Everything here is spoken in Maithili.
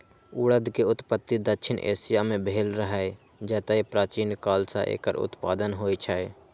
उड़द के उत्पत्ति दक्षिण एशिया मे भेल रहै, जतय प्राचीन काल सं एकर उत्पादन होइ छै